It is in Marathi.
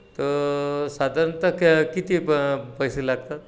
तर साधारणतः क किती प पैसे लागतात